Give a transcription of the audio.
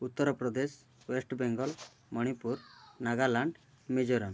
Uttar Pradesh West Bengal Manipur Nagaland Mizoram